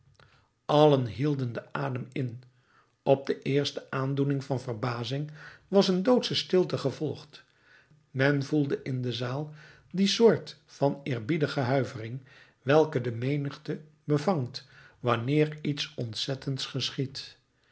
allen hielden den adem in op de eerste aandoening van verbazing was een doodsche stilte gevolgd men voelde in de zaal die soort van eerbiedige huivering welke de menigte bevangt wanneer iets ontzettends geschiedt